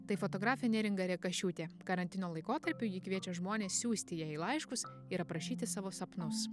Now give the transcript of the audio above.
tai fotografė neringa rekašiūtė karantino laikotarpiu ji kviečia žmones siųsti jai laiškus ir aprašyti savo sapnus